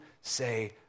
say